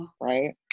Right